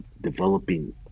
developing